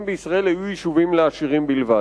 בישראל יהיו יישובים לעשירים בלבד.